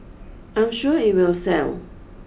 I'm sure it will sell